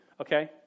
Okay